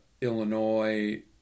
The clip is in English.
Illinois